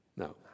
No